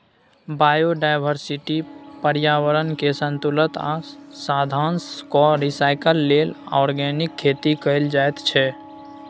biodiversity, प्रर्याबरणकेँ संतुलित आ साधंशक रिसाइकल लेल आर्गेनिक खेती कएल जाइत छै